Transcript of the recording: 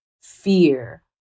fear